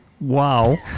wow